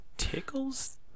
Tickles